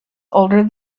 older